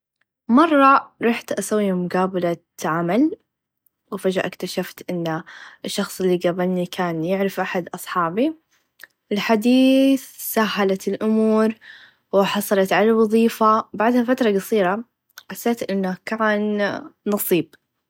مره رحت أسوي مقابله عمل و فچأه إكتشفت إن الشخص إلي قابلني يعرف أحد أصحابي الحديييث سهلت الأمور و حصلت على الوظيفه بعد فتره قصيره حسيت إنه كان نصيب.